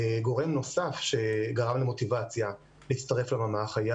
גורם נוסף למוטיבציה להצטרף לממ"ח היה